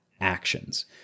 actions